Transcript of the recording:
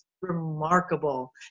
Remarkable